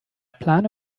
plane